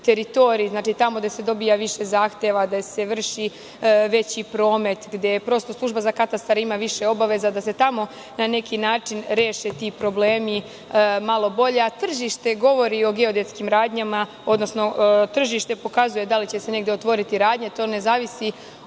teritoriji, znači tamo gde se dobija više zahteva, gde se vrši veći promet, gde služba za katastar ima više obaveza, da se tamo na neki način reše ti problemi, malo bolje.Tržište govori o geodetskim radnjama, odnosno tržište pokazuje da li će se negde otvoriti radnja, to ne zavisi